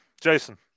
Jason